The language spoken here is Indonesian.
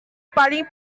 paling